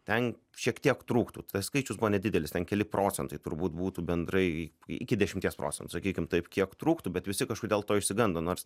ten šiek tiek trūktų tas skaičius buvo nedidelis ten keli procentai turbūt būtų bendrai iki dešimties procentų sakykim taip kiek trūktų bet visi kažkodėl to išsigando nors